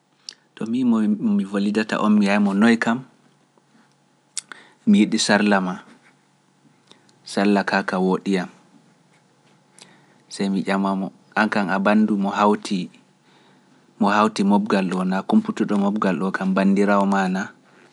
To mi wallidata on mi yaymo noy kam, mi yiɗi sarla ma, sarla kaa ka wooɗi yam, sey mi ƴama mo an kan a bandirawo kautudo mobgal ɗo na kumputuɗo mobgal ɗo kam bandira o maa naa?